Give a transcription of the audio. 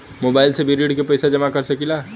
Mobile से भी ऋण के पैसा जमा कर सकी ला?